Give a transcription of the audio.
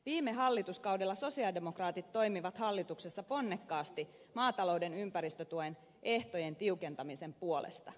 viime hallituskaudella sosialidemokraatit toimivat hallituksessa ponnekkaasti maatalouden ympäristötuen ehtojen tiukentamisen puolesta